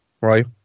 right